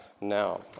now